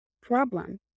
problem